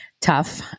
tough